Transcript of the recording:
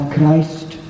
Christ